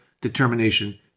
determination